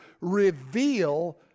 reveal